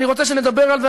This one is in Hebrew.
אני רוצה שנדבר על זה,